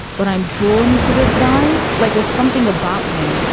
but i'm drawn to this guy. like there's something about him.